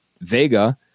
Vega